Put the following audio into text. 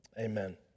Amen